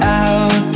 out